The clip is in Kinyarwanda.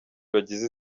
bagize